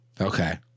Okay